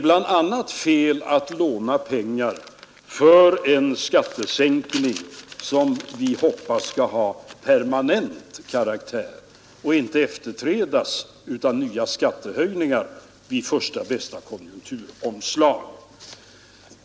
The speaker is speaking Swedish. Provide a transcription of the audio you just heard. Bland annat är det fel att låna pengar för en skattesänkning, som vi hoppas skall ha permanent karaktär och inte efterträdas av nya skattehöjningar vid första bästa konjunkturomslag.